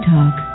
Talk